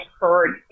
heard